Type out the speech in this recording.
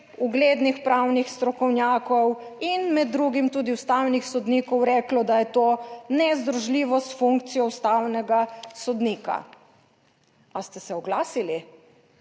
uglednih pravnih strokovnjakov in med drugim tudi ustavnih sodnikov reklo, da je to nezdružljivo s funkcijo ustavnega sodnika. Ali ste se oglasili?